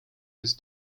his